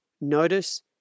notice